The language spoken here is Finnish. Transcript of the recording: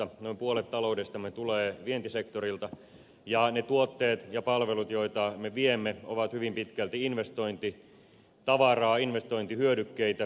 noin puolet taloudestamme tulee vientisektorilta ja ne tuotteet ja palvelut joita me viemme ovat hyvin pitkälti investointitavaraa investointihyödykkeitä